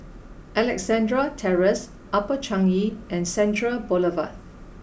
Alexandra Terrace Upper Changi and Central Boulevard